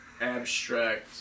abstract